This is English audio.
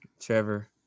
Trevor